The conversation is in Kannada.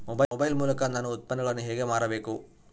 ಮೊಬೈಲ್ ಮೂಲಕ ನಾನು ಉತ್ಪನ್ನಗಳನ್ನು ಹೇಗೆ ಮಾರಬೇಕು?